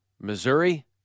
Missouri